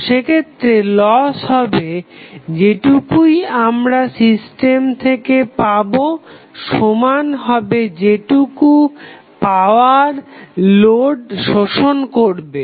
তো সেক্ষেত্রে লস হবে যেটুকুই আমরা সিস্টেম থেকে পাবো সমান হবে যেটুকু পাওয়ার লোড শোষণ করবে